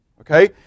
okay